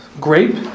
grape